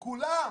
כולם.